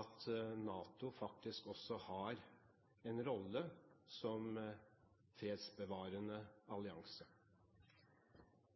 at NATO faktisk også har en rolle som fredsbevarende allianse?